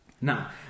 Now